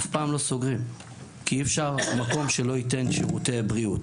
אף פעם לא סוגרים כי אי אפשר מקום שלא ייתן שירותי בריאות,